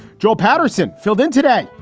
joe patterson filled in today,